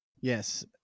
Yes